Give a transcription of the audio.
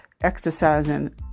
exercising